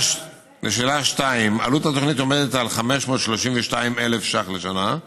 לשאלה 2: עלות התוכנית עומדת על 532,000 ש"ח לשנה.